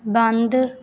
ਬੰਦ